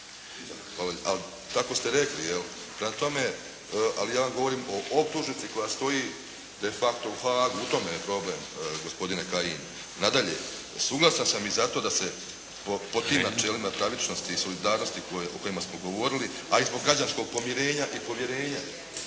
Ali tako ste rekli. Prema tome, ali ja vam govorim o optužnici koja stoji de facto u Haagu, u tome je problem gospodine Kajin. Nadalje, suglasan sam i zato da se po tim načelima pravičnosti i solidarnosti o kojima smo govorili a i zbog građanskog pomirenja i povjerenja